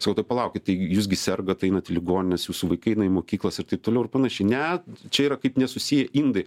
sakau tai palaukit tai jūs gi sergat einat į ligonines jūsų vaikai eina į mokyklas ir taip toliau ir panašiai ne čia yra kaip nesusiję indai